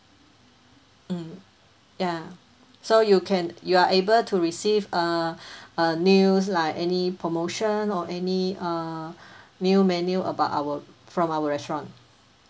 mm ya so you can you are able to receive err uh news like any promotion or any err new menu about our from our restaurant